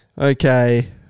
Okay